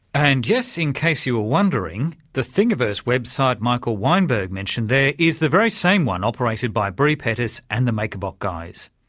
and yes, in case you were wondering, the thingiverse website michael weinberg mentioned there is the very same one operated by bre pettis and the makerbot guys.